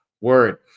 word